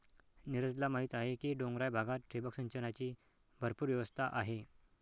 नीरजला माहीत आहे की डोंगराळ भागात ठिबक सिंचनाची भरपूर व्यवस्था आहे